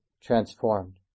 transformed